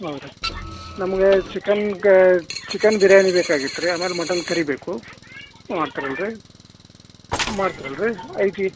ಹೌದಾ ನಮಗೆ ಚಿಕನ್ನಿಗೆ ಚಿಕನ್ ಬಿರಿಯಾನಿ ಬೇಕಾಗಿತ್ತು ರೀ ಆಮೇಲೆ ಮಟನ್ ಕರಿ ಬೇಕು ಮಾಡ್ತಿರಲ್ರಿ ಮಾಡ್ತಿರಲ್ರಿ ಐ ಜಿ